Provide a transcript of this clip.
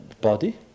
body